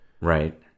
right